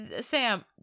sam